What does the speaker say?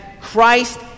Christ